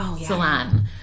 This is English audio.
Salon